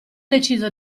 deciso